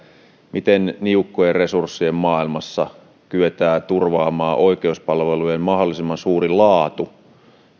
miten niukkojen resurssien maailmassa kyetään turvaamaan oikeuspalvelujen mahdollisimman suuri laatu